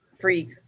freak